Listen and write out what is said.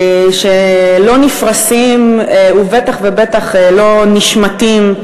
שלא נפרסים ובטח ובטח לא נשמטים,